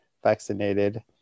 vaccinated